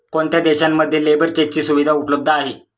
कोणत्या देशांमध्ये लेबर चेकची सुविधा उपलब्ध आहे?